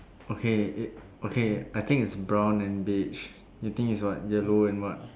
okay it okay I think it's brown and beach you think is what yellow and what